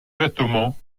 vêtements